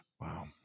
Wow